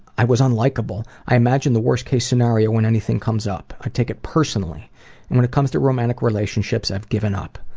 i was unlikeable. i imagine the worst case scenario when anything comes up. i take it personally and when it comes to romantic relationships i've given up.